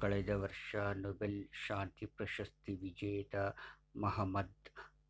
ಕಳೆದ ವರ್ಷ ನೊಬೆಲ್ ಶಾಂತಿ ಪ್ರಶಸ್ತಿ ವಿಜೇತ ಮಹಮ್ಮದ್